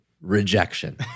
rejection